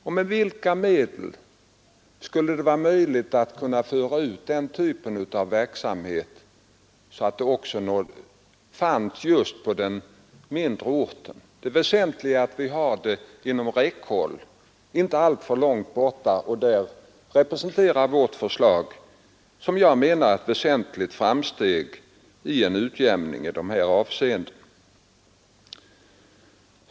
Och med vilka medel skulle det vara möjligt att föra ut den typen av verksamhet också till mindre orter? Det väsentliga är att vi har den inom räckhåll — inte alltför långt borta. I det avseendet anser jag att regeringens förslag innebär ett väsentligt framsteg när det gäller att åstadkomma en utjämning.